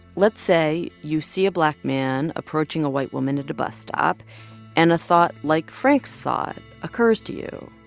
let's say you see a black man approaching a white woman at a bus stop and a thought like frank's thought occurs to you.